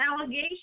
allegation